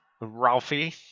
Ralphie